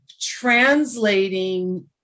translating